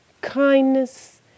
kindness